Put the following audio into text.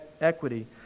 equity